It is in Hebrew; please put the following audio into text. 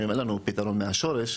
אין לנו פתרון מהשורש,